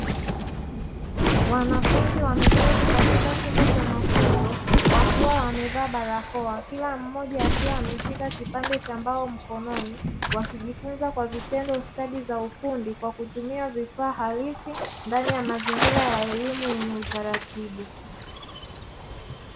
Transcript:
Wanafunzi wameketi katika chumba cha mafunzo wakiwa wamevaa barakoa, kila mmoja akiwa ameshika kipande cha mbao mkononi, wakijifunza kwa vitendo stadi za ufundi kwa kutumia vifaa halisi ndani ya mazingira ya elimu yenye utaratibu.